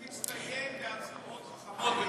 הוא מצטיין בהצהרות חכמות במיוחד.